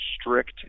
strict